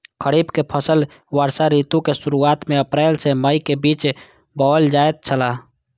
खरीफ के फसल वर्षा ऋतु के शुरुआत में अप्रैल से मई के बीच बौअल जायत छला